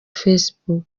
facebook